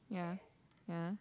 yeah yeah